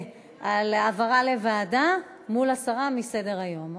על העברה לוועדה מול הסרה מסדר-היום.